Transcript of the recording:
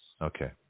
Okay